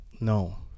no